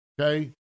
Okay